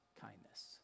kindness